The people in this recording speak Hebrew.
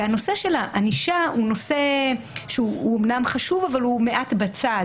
הנושא של הענישה הוא אמנם נושא חשוב אבל הוא מעט בצד.